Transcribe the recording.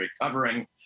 recovering